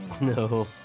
No